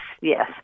yes